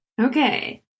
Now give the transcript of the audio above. Okay